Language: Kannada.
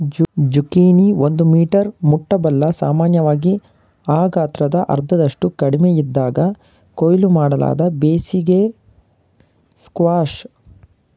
ಜುಕೀನಿ ಒಂದು ಮೀಟರ್ ಮುಟ್ಟಬಲ್ಲ ಸಾಮಾನ್ಯವಾಗಿ ಆ ಗಾತ್ರದ ಅರ್ಧದಷ್ಟು ಕಡಿಮೆಯಿದ್ದಾಗ ಕೊಯ್ಲು ಮಾಡಲಾದ ಬೇಸಿಗೆ ಸ್ಕ್ವಾಷ್